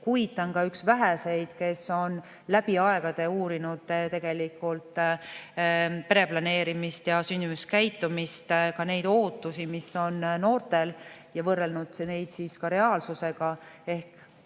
Kuid ta on ka üks väheseid, kes on läbi aegade uurinud pereplaneerimist ja sündimuskäitumist, ka neid ootusi, mis on noortel, ja võrrelnud neid reaalsusega.